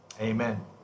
amen